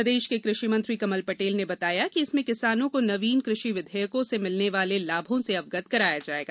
प्रदेश के कृषि मंत्री कमल पटेल ने बताया कि इसमें किसानों को नवीन कृषि विधेयकों से मिलने वाले लाभों से अवगत कराया जायेगा